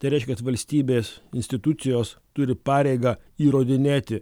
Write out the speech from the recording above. tai reiškia kad valstybės institucijos turi pareigą įrodinėti